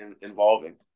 involving